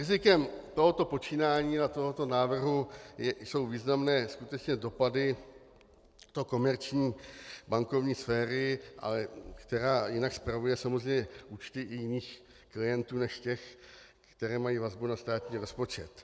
Rizikem tohoto počínání a tohoto návrhu jsou významné skutečně dopady do komerční bankovní sféry, která jinak spravuje samozřejmě účty i jiných klientů než těch, které mají vazbu na státní rozpočet.